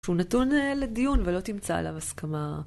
שהוא נתון לדיון ולא תמצא עליו הסכמה.